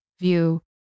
view